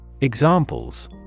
Examples